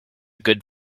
good